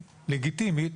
לגיטימית,